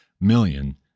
million